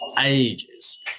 ages